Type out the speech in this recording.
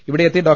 ഇവിടെയെത്തി ഡോ